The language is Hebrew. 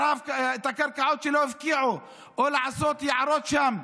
הקרקעות שלא הפקיעו או לעשות יערות שם,